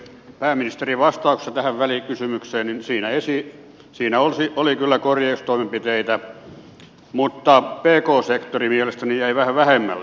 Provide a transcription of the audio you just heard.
pääministerin vastauksessa tähän välikysymykseen siinä isi siinä on se oli kyllä korjaustoimenpiteitä mutta pk sektori mielestäni jäi vähän vähemmälle